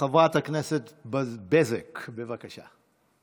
חברת הכנסת בזק, בבקשה.